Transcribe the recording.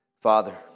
Father